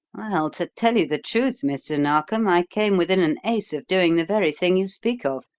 well, to tell you the truth, mr. narkom, i came within an ace of doing the very thing you speak of,